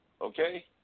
Okay